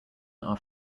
are